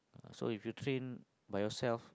uh so if you train by yourself